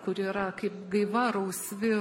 kuri yra kaip gaiva rausvi